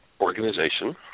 organization